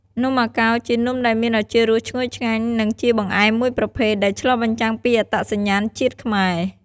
នំអាកោរជានំដែលមានឱជារសឈ្ងុយឆ្ងាញ់ និង ជាបង្អែមមួយប្រភេទដែលឆ្លុះបញ្ចាំងពីអត្តសញ្ញាណជាតិខ្មែរ។